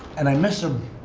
and i miss him.